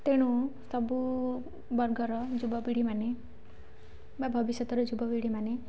ତେଣୁ ସବୁ ବର୍ଗର ଯୁବପିଢ଼ିମାନେ ବା ଭବିଷ୍ୟତର ଯୁବପିଢ଼ିମାନେ